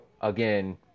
again